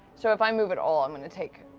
so if i move at all, i'm going to take